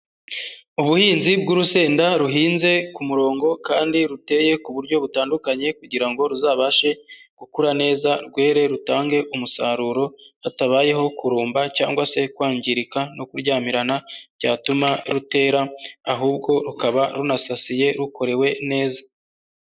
Ubuhinzi bw'urusenda ruhinze ku murongo kandi ruteye ku buryo butandukanye kugira ngo ruzabashe gukura neza, rwere, rutange umusaruro, hatabayeho kurumba cyangwa se kwangirika no kuryamirana byatuma rutera ahubwo rukaba runasasiye, rukorewe neza.